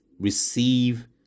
receive